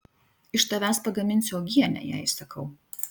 iš tavęs pagaminsiu uogienę jai sakau